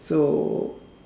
so